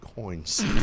Coins